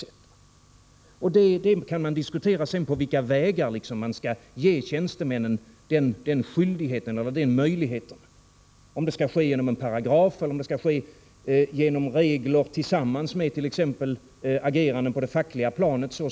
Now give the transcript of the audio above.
Sedan kan man diskutera på vilka vägar man skall ge tjänstemännen denna skyldighet eller möjlighet — om det skall ske genom tillkomsten av en paragraf eller genom regler tillsammans med exempelvis agerande på det fackliga planet.